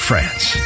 France